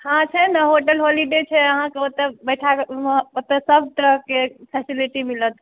हॅं छै ने होटल हॉलिडे छै ओतऽ सब तरहकेँ फैसिलिटी मिलत